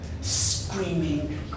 screaming